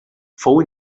fou